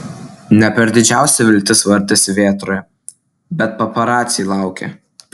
ne per didžiausia viltis vartėsi vėtroje bet paparaciai laukė